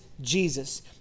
Jesus